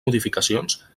modificacions